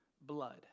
blood